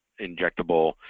injectable